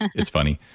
it's funny.